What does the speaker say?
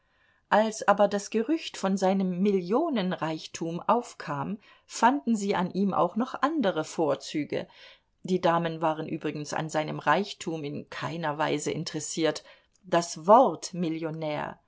als aber das gerücht von seinem millionenreichtum aufkam fanden sie an ihm auch noch andere vorzüge die damen waren übrigens an seinem reichtum in keiner weise interessiert das wort millionär